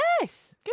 Yes